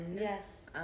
yes